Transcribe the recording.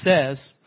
says